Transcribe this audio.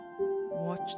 Watch